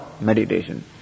meditation